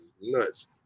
nuts